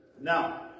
Now